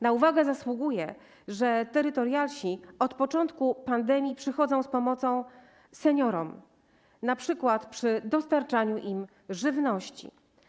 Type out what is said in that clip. Na uwagę zasługuje to, że terytorialsi od początku pandemii przychodzą z pomocą seniorom, np. przy dostarczaniu im żywności.